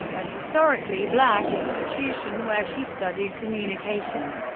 a historically black institution, where she studied communication.